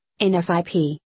NFIP